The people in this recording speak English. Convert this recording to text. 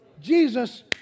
Jesus